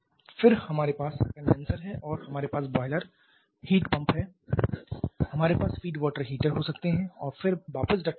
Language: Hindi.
फिर हमारे पास कंडेनसर है हमारे पास बॉयलर हीट पंप है हमारे पास फीडवॉटर हीटर हो सकते हैं और फिर वापस डक्ट में जा रहे हैं